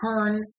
turn